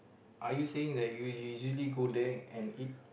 are you saying that you usually go there and eat